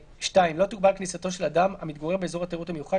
(2)לא תוגבל כניסתו של אדם המתגורר באזור התיירות המיוחד